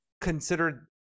considered